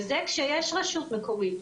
וזה כשיש רשות מקומית,